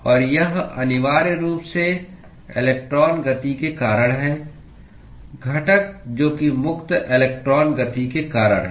और यह अनिवार्य रूप से इलेक्ट्रॉन गति के कारण है घटक जो कि मुक्त इलेक्ट्रॉन गति के कारण है